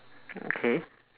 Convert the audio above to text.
okay